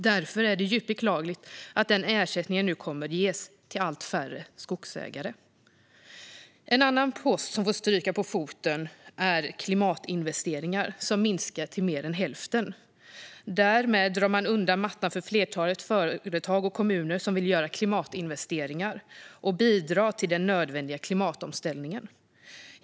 Därför är det djupt beklagligt att den ersättningen nu kommer att ges till allt färre skogsägare. En annan post som fått stryka på foten är klimatinvesteringar, som minskat till mer än hälften. Därmed drar man undan mattan för flertalet företag och kommuner som vill göra klimatinvesteringar och bidra till den nödvändiga klimatomställningen.